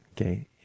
okay